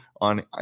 on